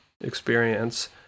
experience